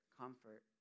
comfort